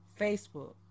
Facebook